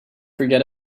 forget